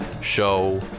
show